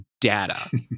data